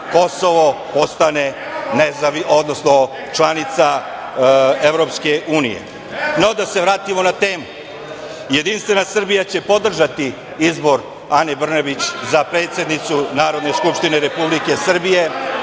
Kosovo postane članica Evropske unije.No, da se vratimo na temu. Jedinstvena Srbija će podržati izbor Ane Brnabić za predsednicu Narodne skupštine Republike Srbije,